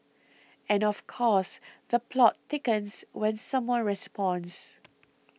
and of course the plot thickens when someone responds